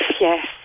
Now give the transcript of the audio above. yes